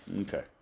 Okay